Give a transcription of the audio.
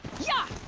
yah!